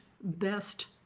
best